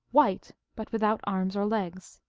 white, but without arms or legs.